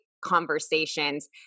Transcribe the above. conversations